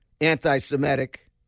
anti-Semitic